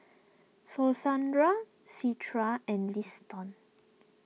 and Liston